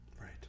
Right